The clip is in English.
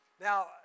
Now